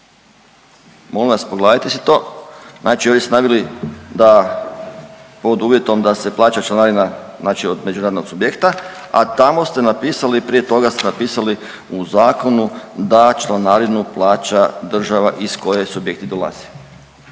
Molim vas, pogledajte si to. Znači ovdje ste naveli da pod uvjetom da se plaća članarina, znači od međunarodnog subjekta, a tamo ste napisali, prije toga ste napisali u zakonu da članarinu plaća država iz koje subjekti dolaze